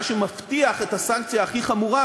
מה שמבטיח את הסנקציה הכי חמורה: